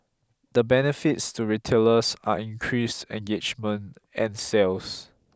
the benefits to retailers are increased engagement and sales